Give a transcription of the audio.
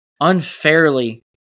unfairly